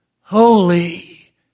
holy